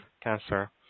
cancer